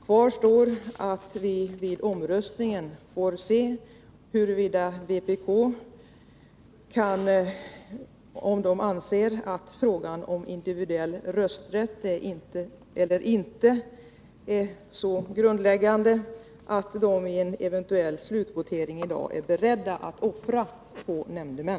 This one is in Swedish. Kvar står att vi vid omröstningen får se huruvida vpk anser att frågan om individuell rösträtt är så grundläggande att man i en eventuell slutvotering i dag är beredd att offra två nämndemän.